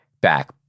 back